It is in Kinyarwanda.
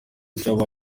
ikibazo